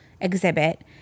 exhibit